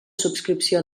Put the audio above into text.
subscripció